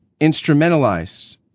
instrumentalized